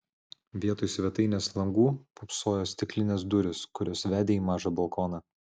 vietoj svetainės langų pūpsojo stiklinės durys kurios vedė į mažą balkoną